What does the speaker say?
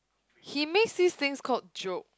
he makes this things called joke